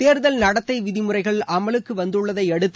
தேர்தல் நடத்தை விதிமுறைகள் அமலுக்கு வந்துள்ளதை அடுத்து